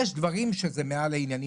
יש דברים שזה מעל העניינים.